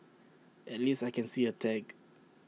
at least I can see A tag